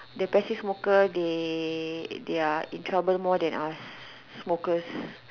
the passive smoker they they are in trouble more than us smokers